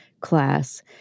class